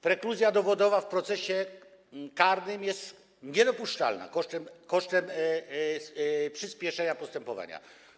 Prekluzja dowodowa w procesie karnym jest niedopuszczalna jako koszt przyspieszenia postępowania.